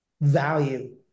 value